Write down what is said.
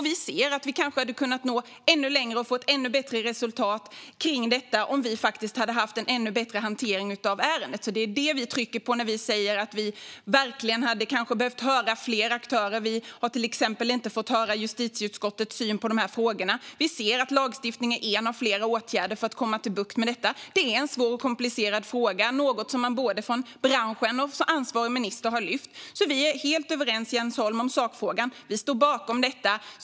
Vi ser att vi kanske hade kunnat nå ännu längre och fått bättre resultat om vi hade haft en bättre hantering av ärendet. Det är alltså detta vi trycker på när vi säger att vi hade behövt höra fler aktörer. Vi har till exempel inte fått höra justitieutskottets syn på de här frågorna. Vi ser att lagstiftning är en av flera åtgärder för att komma till rätta med detta. Det är en svår och komplicerad fråga, något som både branschen och ansvarig minister har lyft fram. Vi är helt eniga med Jens Holm i sakfrågan. Vi står bakom detta.